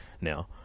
now